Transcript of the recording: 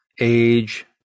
age